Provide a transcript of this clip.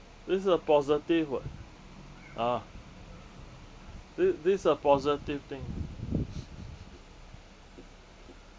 this is a positive [what] uh thi~ this is a positive thing